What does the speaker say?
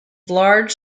large